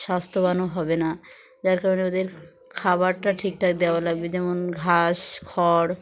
স্বাস্থ্যবানও হবে না যার কারণে ওদের খাবারটা ঠিক ঠাক দেওয়া লাগবে যেমন ঘাস খড়